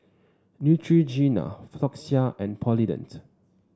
Neutrogena Floxia and Polident